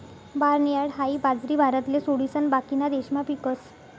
barnyard हाई बाजरी भारतले सोडिसन बाकीना देशमा पीकस